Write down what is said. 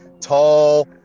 tall